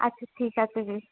আচ্ছা ঠিক আছে বেশ